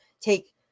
take